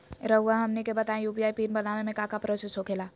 रहुआ हमनी के बताएं यू.पी.आई पिन बनाने में काका प्रोसेस हो खेला?